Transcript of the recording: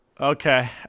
Okay